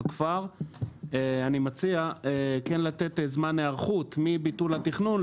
אני מציע כן לתת זמן היערכות מביטול התכנון,